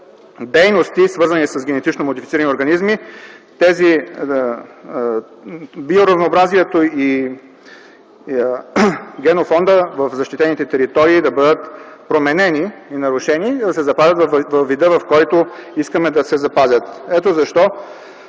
дейности, свързани с генетично модифицирани организми, биоразнообразието и генофондът в защитените територии да бъдат променени и нарушени, а да се запазят във вида, в който искаме да се запазят. Ето защо